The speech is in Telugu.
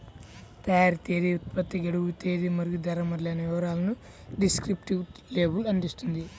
తయారీ తేదీ, ఉత్పత్తి గడువు తేదీ మరియు ధర మొదలైన వివరాలను డిస్క్రిప్టివ్ లేబుల్ అందిస్తుంది